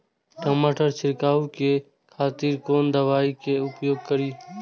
टमाटर छीरकाउ के खातिर कोन दवाई के उपयोग करी?